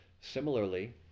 Similarly